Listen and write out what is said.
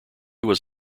was